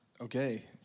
Okay